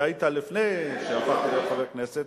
לפני שהפכת להיות חבר כנסת,